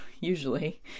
usually